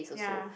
ya